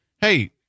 Hey